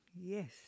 yes